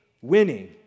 winning